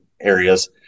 areas